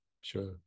sure